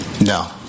No